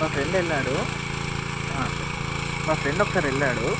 మా ఫ్రెండ్ వెళ్లాడు ఆ చెప్పండి మా ఫ్రెండ్ ఒకసారి వెళ్ళాడు